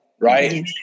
right